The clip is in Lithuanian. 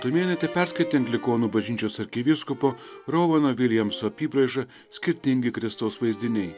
tumėnaitė perskaitė anglikonų bažnyčios arkivyskupo rovano viljamso apybraižą skirtingi kristaus vaizdiniai